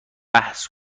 بحث